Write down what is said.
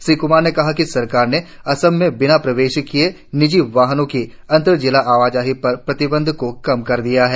श्री कमार ने कहा कि सरकार ने असम मे बिना प्रवेश किये निजी वाहनों की अंतर जिला आवाजाही पर प्रतिबंध को कम कर दिया है